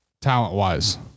talent-wise